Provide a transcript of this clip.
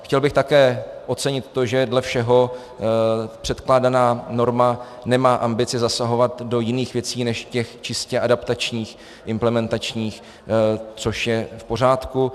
Chtěl bych také ocenit to, že dle všeho předkládaná norma nemá ambici zasahovat do jiných věcí než těch čistě adaptačních, implementačních, což je v pořádku.